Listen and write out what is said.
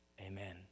Amen